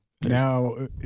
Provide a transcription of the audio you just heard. now